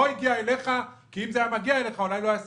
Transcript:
זה לא הגיע אליך כי אם זה היה מגיע אליך אולי לא היה סירוב.